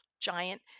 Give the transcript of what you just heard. giant